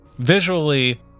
Visually